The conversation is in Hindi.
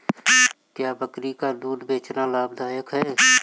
क्या बकरी का दूध बेचना लाभदायक है?